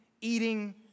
eating